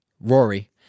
Rory